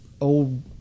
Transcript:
old